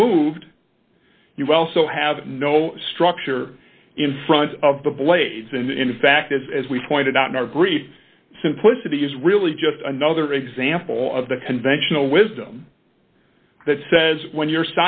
removed you also have no structure in front of the blades and in fact is as we pointed out not agree simplicity is really just another example of the conventional wisdom that says when your